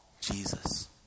Jesus